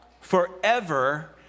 forever